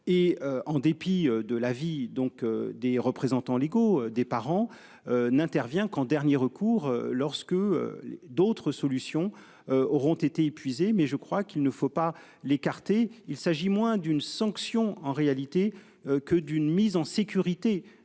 et en dépit de la vie, donc des représentants légaux des parents. N'intervient qu'en dernier recours lorsque d'autres solutions auront été épuisés mais je crois qu'il ne faut pas l'écarter. Il s'agit moins d'une sanction en réalité que d'une mise en sécurité